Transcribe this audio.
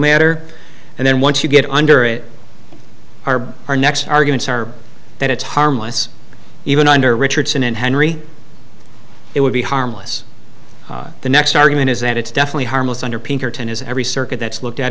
matter and then once you get under it our our next arguments are that it's harmless even under richardson and henry it would be harmless the next argument is that it's definitely harmless under pinkerton is every circuit that's looked at